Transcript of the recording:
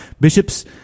Bishops